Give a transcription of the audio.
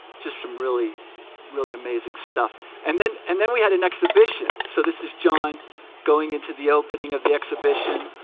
just some really really amazing stuff and then and then we had an exhibition so this is john going into the opening of the exhibition